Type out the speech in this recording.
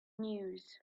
news